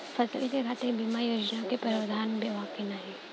फसल के खातीर बिमा योजना क भी प्रवाधान बा की नाही?